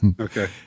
okay